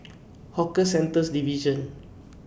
Hawker Centres Division